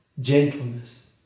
gentleness